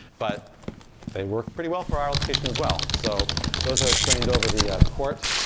but they work pretty well for our location as well. so those are trained over the court.